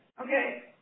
Okay